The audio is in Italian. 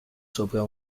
sopra